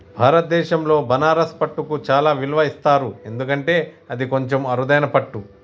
భారతదేశంలో బనారస్ పట్టుకు చాలా విలువ ఇస్తారు ఎందుకంటే అది కొంచెం అరుదైన పట్టు